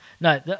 No